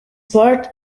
part